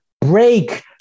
break